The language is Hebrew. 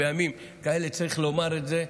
ובימים כאלה צריך לומר את זה: